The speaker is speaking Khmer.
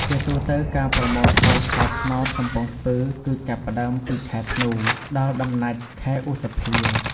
ជាទូទៅការប្រមូលផលស្ករត្នោតកំពង់ស្ពឺ គឺចាប់ផ្ដើមពីខែធ្នូ ដល់ដំណាច់ខែឧសភា